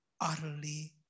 utterly